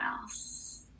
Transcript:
else